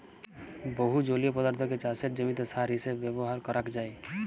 বহু জলীয় পদার্থকে চাসের জমিতে সার হিসেবে ব্যবহার করাক যায়